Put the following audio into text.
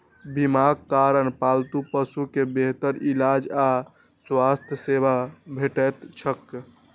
बीमाक कारण पालतू पशु कें बेहतर इलाज आ स्वास्थ्य सेवा भेटैत छैक